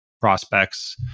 prospects